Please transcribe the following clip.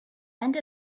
end